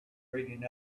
reading